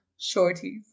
Shorties